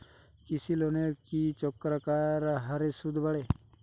কৃষি লোনের কি চক্রাকার হারে সুদ বাড়ে?